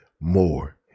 more